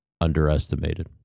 underestimated